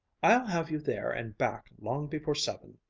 i'll have you there and back long before seven,